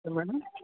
okay madam